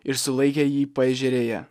ir sulaikė jį paežerėje